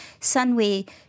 sunway